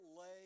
lay